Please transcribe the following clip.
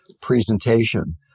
presentation